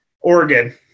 Oregon